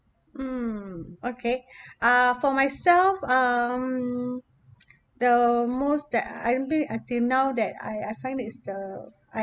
mm okay uh for myself um the most that I be until now that I I find that it's the I